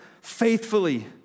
faithfully